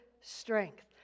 strength